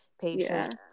patient